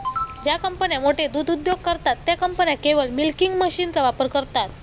ज्या कंपन्या मोठे दूध उद्योग करतात, त्या कंपन्या केवळ मिल्किंग मशीनचा वापर करतात